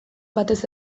batez